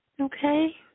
okay